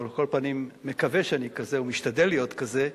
או על כל פנים מקווה שאני כזה ומשתדל להיות כזה,